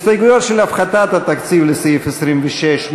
הסתייגויות של הפחתת התקציב בסעיף 26,